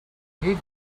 hid